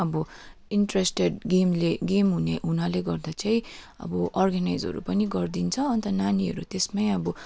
अब इन्ट्रेस्टेड गेमले गेम हुने हुनाले गर्दा चाहिँ अब अर्गनाइजहरू पनि गरिदिन्छ अन्त नानीहरू त्यसमै अब